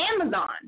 Amazon